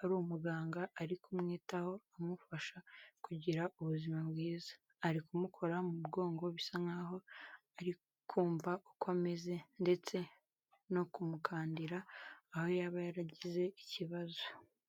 ari umuganga ari kumwitaho amufasha kugira ubuzima bwiza, ari kumukora mu mugongo bisa nk'aho ari kumva uko ameze ndetse no kumukandira aho yaba yaragize ikibazo.